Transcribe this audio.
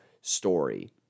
story